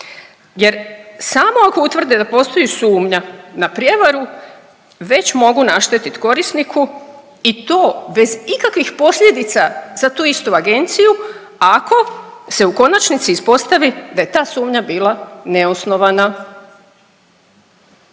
jer samo ako utvrde da postoji sumnja na prijevaru već mogu naštetit korisniku i to bez ikakvih posljedica za tu istu agenciju ako se u konačnici ispostavi da je ta sumnja bila neosnovana.